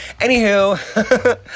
Anywho